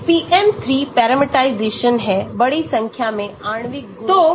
PM3 parameterisation है बड़ी संख्या में आणविक गुणों के साथ